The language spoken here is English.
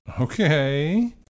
okay